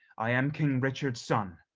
i am king richard's son.